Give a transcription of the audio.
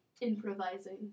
improvising